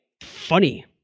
funny